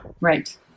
Right